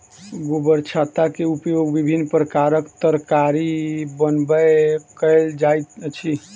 गोबरछत्ता के उपयोग विभिन्न प्रकारक तरकारी बनबय कयल जाइत अछि